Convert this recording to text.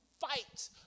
fight